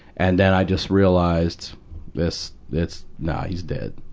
and then i just realized this, this nah, he's dead.